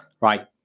Right